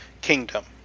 kingdom